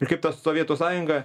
ir kaip tas sovietų sąjunga